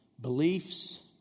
beliefs